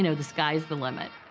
you know the sky is the limit.